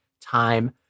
time